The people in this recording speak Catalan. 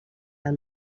del